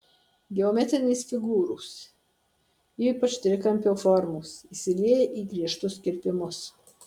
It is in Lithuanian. geometrinės figūros ypač trikampio formos įsilieja į griežtus kirpimus